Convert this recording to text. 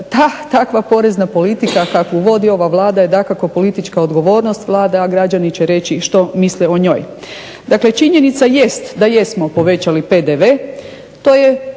takva porezna politika kakvu vodi ova Vlada je dakako politička odgovornost Vlade, a građani će reći što misle o njoj. Dakle, činjenica jest da jesmo povećali PDV, to je